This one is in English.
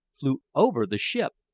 flew over the ship,